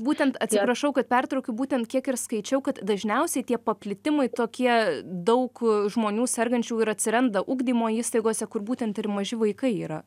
būtent atsiprašau kad pertraukiu būtent kiek ir skaičiau kad dažniausiai tie paplitimai tokie daug žmonių sergančių ir atsiranda ugdymo įstaigose kur būtent ir maži vaikai yra